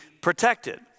protected